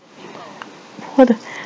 who are the